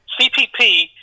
cpp